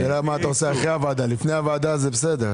אני מבין את כוונת השאלה.